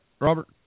Robert